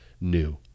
new